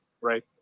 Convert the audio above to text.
right